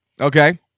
Okay